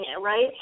right